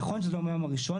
נכון שזה לא מהיום הראשון.